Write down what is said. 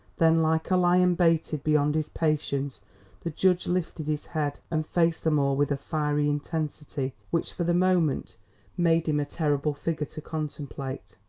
then like a lion baited beyond his patience the judge lifted his head and faced them all with a fiery intensity which for the moment made him a terrible figure to contemplate.